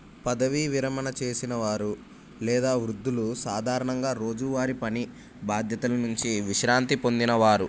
పదవీ విరమణ చేసిన వారు లేదా వృద్ధులు సాధారణంగా రోజువారి పని బాధ్యతల నుంచి విశ్రాంతి పొందిన వారు